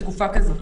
בתקופה כזאת.